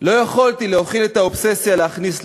לא יכולתי להכיל את האובססיה "להכניס להם".